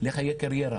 לחיי קריירה.